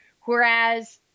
Whereas